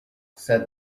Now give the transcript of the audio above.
said